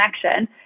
connection